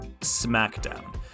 smackdown